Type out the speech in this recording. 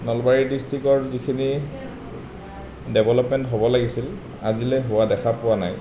নলবাৰী ডিষ্ট্ৰিকৰ যিখিনি ডেভলপমেণ্ট হ'ব লাগিছিল আজিলৈ হোৱা দেখা পোৱা নাই